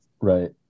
right